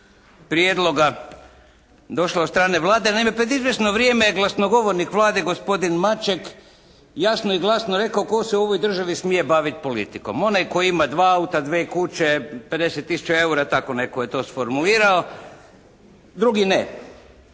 prijedloga došla od strane Vlade. Naime pred izvjesno vrijeme je glasnogovornik Vlade gospodin Maček jasno i glasno rekao tko se u ovoj državi smije baviti politikom, onaj tko ima dva auta, dvije kuće, 50 tisuća eura tako netko je to isformulirao, drugi ne